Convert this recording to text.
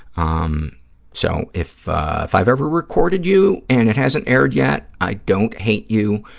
um so if if i've ever recorded you and it hasn't aired yet, i don't hate you.